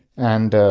and